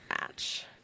match